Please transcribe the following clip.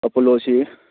apology